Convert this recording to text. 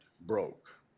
broke